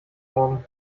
morgen